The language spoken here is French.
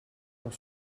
pour